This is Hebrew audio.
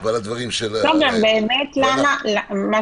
ועל הסקירה --- מה שחשוב,